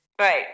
Right